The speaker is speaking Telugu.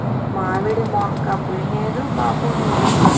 మావిడి మోక్క పుయ్ నేదు కాపూనేదు